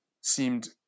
seemed